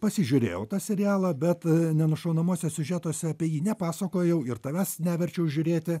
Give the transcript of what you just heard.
pasižiūrėjau tą serialą bet nenušaunamuose siužetuose apie jį nepasakojau ir tavęs neverčiau žiūrėti